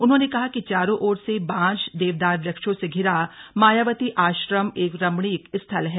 उन्होंने कहा कि चारों ओर से बांज देवदार वृक्षों से धिरा मायावती आश्रम एक रमणीक स्थल है